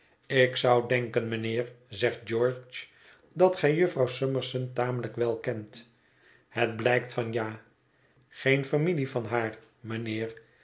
ik zou denken mijnheer zegt george dat gij jufvrouw summerson tamelijk wel kent het blijkt van ja geen familie van haar